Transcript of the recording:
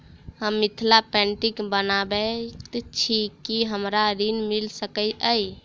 हम मिथिला पेंटिग बनाबैत छी की हमरा ऋण मिल सकैत अई?